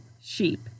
sheep